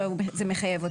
או שהן מחייבות אותם?